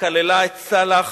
כללה את סלאח